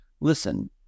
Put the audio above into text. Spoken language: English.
listen